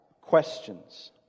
questions